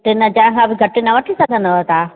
टिनि हज़ार खां बि घटि न वठी सघंदव तव्हां